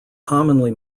commonly